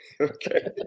okay